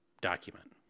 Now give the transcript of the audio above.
document